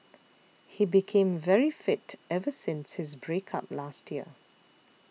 he became very fit ever since his break up last year